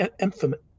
infamous